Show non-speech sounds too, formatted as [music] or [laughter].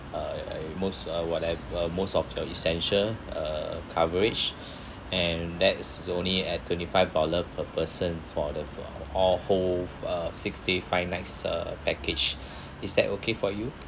uh most uh whatev~ uh most of your essential uh coverage [breath] and that is is only at twenty five dollar per person for the all whole uh six days five nights uh package [breath] is that okay for you